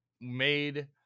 made